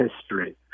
history